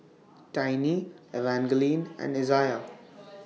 Tiny Evangeline and Izayah